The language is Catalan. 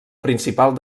principal